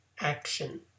action